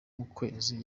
kukwezi